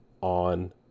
on